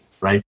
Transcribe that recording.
right